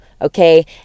okay